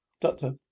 Doctor